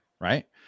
right